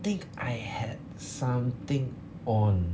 think I had something on